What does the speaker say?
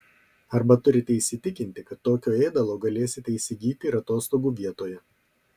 arba turite įsitikinti kad tokio ėdalo galėsite įsigyti ir atostogų vietoje